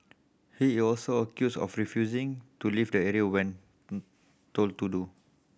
he is also accused of refusing to leave the area when told to do